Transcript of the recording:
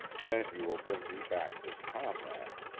then you will bring me back this comrade.